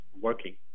working